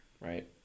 right